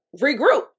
regroup